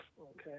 okay